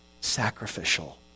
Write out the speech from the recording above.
sacrificial